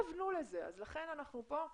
לכן אנחנו כאן.